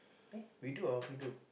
aye we do or he do